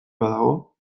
badago